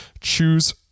Choose